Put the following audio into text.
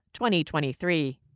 2023